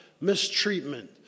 Mistreatment